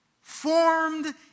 formed